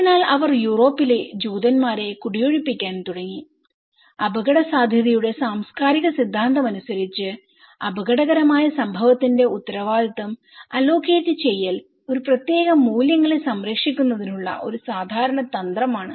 അതിനാൽ അവർ യൂറോപ്പിലെ ജൂതന്മാരെ കുടിയൊഴിപ്പിക്കാൻ തുടങ്ങിഅപകടസാധ്യതയുടെ സാംസ്കാരിക സിദ്ധാന്തമനുസരിച്ച് അപകടകരമായ സംഭവത്തിന്റെ ഉത്തരവാദിത്തം അലോകേറ്റ് ചെയ്യൽ ഒരു പ്രത്യേക മൂല്യങ്ങളെ സംരക്ഷിക്കുന്നതിനുള്ള ഒരു സാധാരണ തന്ത്രമാണ്